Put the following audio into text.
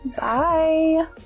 Bye